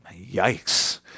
Yikes